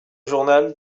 journal